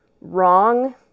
wrong